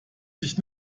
sich